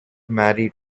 married